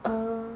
err